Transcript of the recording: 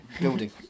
building